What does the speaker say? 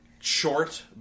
short